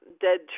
dead